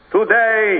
Today